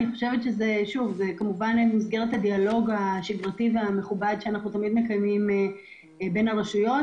במסגרת הדיאלוג השגרתי והמכובד שאנחנו תמיד מקיימים בין הרשויות,